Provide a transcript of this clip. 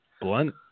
Blunt